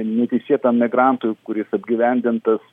neteisėtam migrantui kuris apgyvendintas